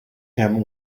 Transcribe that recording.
him